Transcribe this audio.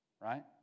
right